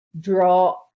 draw